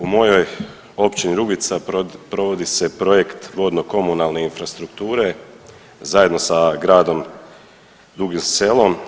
U mojoj općini Rugvica provodi se projekt vodno-komunalne infrastrukture zajedno sa gradom Dugim Selom.